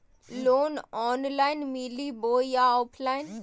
Loan online मिली बोया offline?